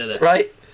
right